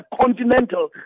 continental